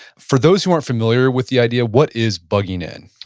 for those who aren't familiar with the idea, what is bugging-in?